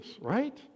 right